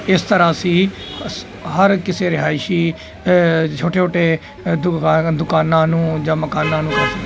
ਇਸ ਤਰ੍ਹਾਂ ਅਸੀਂ ਹਰ ਕਿਸੇ ਰਿਹਾਇਸ਼ੀ ਛੋਟੇ ਛੋਟੇ ਦੁ ਦੁਕਾਨਾਂ ਨੂੰ ਜਾਂ ਮਕਾਨਾਂ ਨੂੰ ਅਸੀਂ